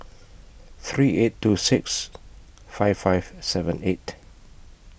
three eight two six five five seven eight